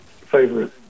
favorite